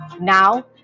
Now